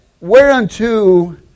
Whereunto